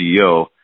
CEO